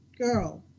girl